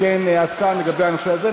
אם כן, עד כאן לגבי הנושא הזה.